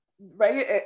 right